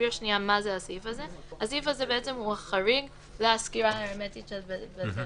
הסעיף הזה הוא החריג לסגירה ההרמטית של בית הסוהר.